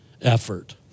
effort